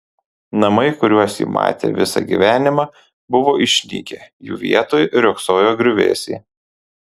namai kuriuos ji matė visą gyvenimą buvo išnykę jų vietoj riogsojo griuvėsiai